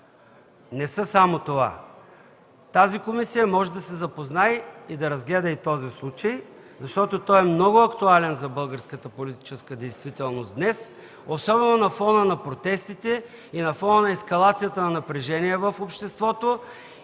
Не са само това! Тази комисия може да се запознае и да разгледа и този случай, защото той е много актуален за българската политическа действителност днес, особено на фона на протестите и на фона на ескалацията на напрежение в обществото